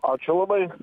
ačiū labai